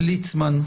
לרשות האוכלוסין.